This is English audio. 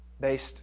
based